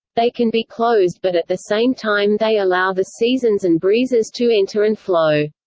they can be closed but at the same time they allow the seasons and breezes to enter and flow.